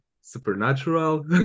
Supernatural